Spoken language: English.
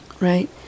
Right